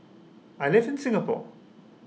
I live in Singapore